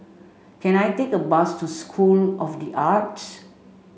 can I take a bus to School of The Arts